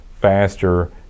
faster